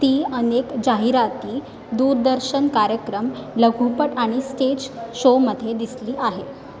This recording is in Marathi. ती अनेक जाहिराती दूरदर्शन कार्यक्रम लघुपट आणि स्टेज शोमध्ये दिसली आहे